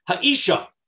Ha'isha